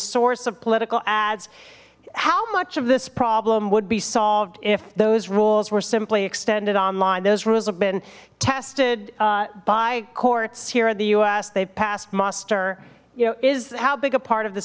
source of political ads how much of this problem would be solved if those rules were simply extended online those rules have been tested by courts here in the u s they passed muster you know is how big a part of the